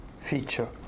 feature